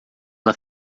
ela